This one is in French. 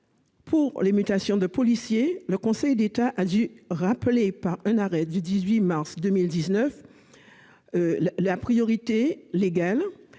pour les mutations de policiers, le Conseil d'État a dû rappeler, par un arrêt du 18 mars dernier, que la priorité légale